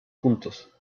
juntos